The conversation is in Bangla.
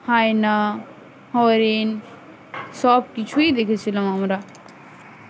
হায়না হরিণ সব কিছুই দেখেছিলাম আমরা